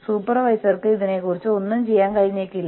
LAN കണക്ഷനുകൾ നിരീക്ഷിക്കപ്പെടുമെന്ന് നിങ്ങൾ അവരെ അറിയിക്കുന്നു